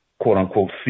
quote-unquote